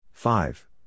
Five